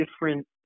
different